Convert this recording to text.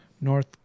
North